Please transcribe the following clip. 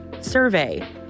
survey